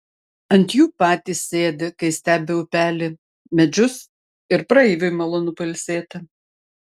ant jų patys sėdi kai stebi upelį medžius ir praeiviui malonu pailsėti